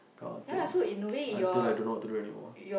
that kind of thing until I don't know what to do anymore